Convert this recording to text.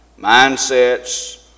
Mindsets